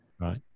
Right